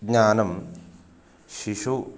ज्ञानं शिशुः